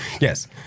yes